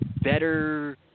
better